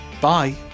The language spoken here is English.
Bye